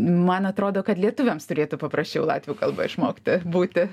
man atrodo kad lietuviams turėtų paprašiau latvių kalbą išmokti būti